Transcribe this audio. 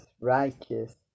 righteous